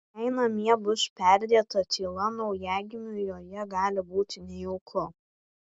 jei namie bus perdėta tyla naujagimiui joje gali būti nejauku